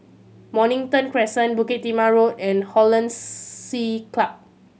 Mornington Crescent Bukit Timah Road and Hollandse Club